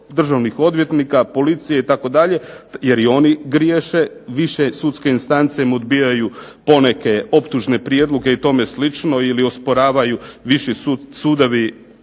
državnih odvjetnika, policije itd. jer i oni griješe. Više sudske instance mu odbijaju poneke optužne prijedloge i tome slično ili osporavaju viši sudovi